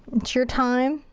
it's your time.